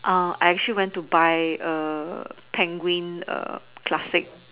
uh I actually went to buy a penguin err classic